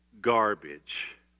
garbage